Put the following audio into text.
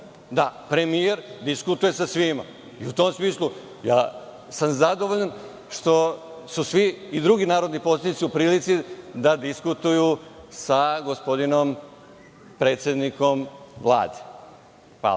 da premijer diskutuje sa svima. U tom smislu sam zadovoljan što su i svi drugi narodni poslanici u prilici da diskutuju sa gospodinom predsednikom Vlade. Hvala.